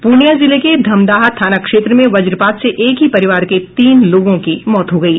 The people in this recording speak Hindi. पूर्णिया जिले के धमदाहा थाना क्षेत्र में व्रजपात से एक ही परिवार के तीन लोगों की मौत हो गयी